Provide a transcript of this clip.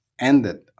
ended